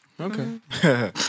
Okay